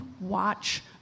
watch